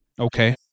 Okay